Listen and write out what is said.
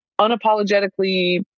unapologetically